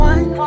One